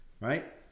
right